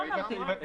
לא אמרתי את זה.